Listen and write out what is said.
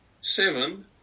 seven